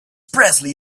presley